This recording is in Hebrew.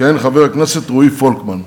יכהן חבר הכנסת רועי פולקמן.